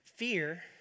Fear